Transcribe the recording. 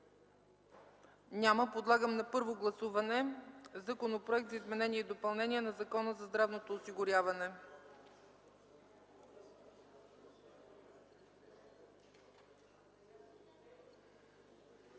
Няма. Моля да гласуваме Законопроект за изменение и допълнение на Закона за здравното осигуряване,